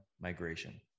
migration